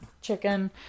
chicken